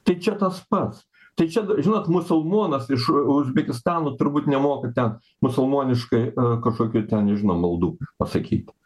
tai čia tas pats tai čia žinot musulmonas iš uzbekistano turbūt nemoka ten musulmoniškai kažkokių ten nežinau maldų pasakyti